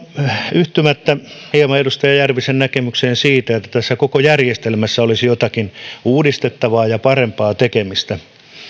yhtymättä hieman edustaja järvisen näkemykseen siitä että tässä koko järjestelmässä olisi jotakin uudistettavaa ja paremmaksi tekemistä esimerkiksi